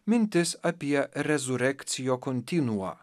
mintis apie resurektio continua